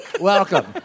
Welcome